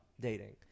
dating